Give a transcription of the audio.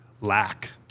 lack